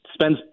spends